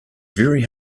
very